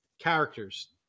characters